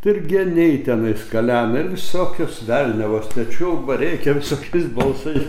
tai ir geniai tenais kalena ir visokios velniavos ten čiulba rėkia visokiais balsais